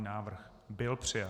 Návrh byl přijat.